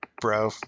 bro